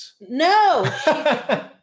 No